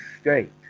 state